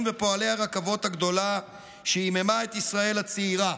ופועלי הרכבות הגדולה שהיממה את ישראל הצעירה.